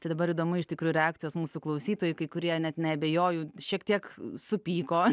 tai dabar įdomu iš tikrųjų reakcijos mūsų klausytojų kai kurie net neabejoju šiek tiek supyko